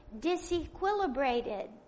disequilibrated